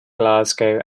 glasgow